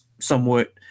somewhat